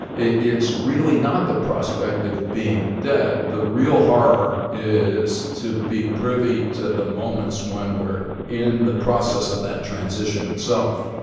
it's really not the prospect of being dead. the real horror is to be privy to the moments when we're in the process of that transition itself